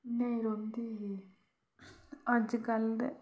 नेईं रौंहदी ही अज्जकल ते